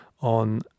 on